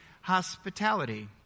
hospitality